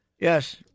Yes